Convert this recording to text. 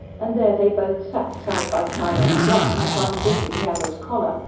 and there they both sat, side by side on the ground, one gripping the other's collar,